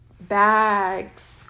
bags